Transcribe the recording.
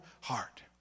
heart